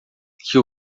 que